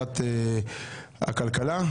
ועדת הכלכלה,